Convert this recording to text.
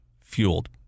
fueled